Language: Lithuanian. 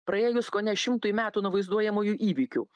praėjus kone šimtui metų nuo vaizduojamųjų įvykių